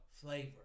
flavor